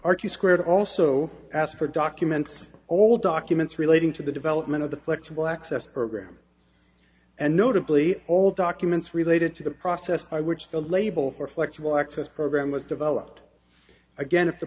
q squared also asked for documents old documents relating to the development of the flexible access program and notably old documents related to the process by which the label for flexible access program was developed again if the